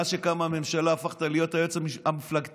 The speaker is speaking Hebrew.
מאז שקמה הממשלה הפכת להיות היועץ המפלגתי.